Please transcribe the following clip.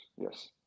Yes